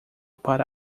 para